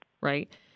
right